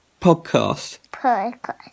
Podcast